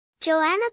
Joanna